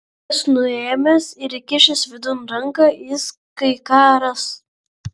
jas nuėmęs ir įkišęs vidun ranką jis kai ką ras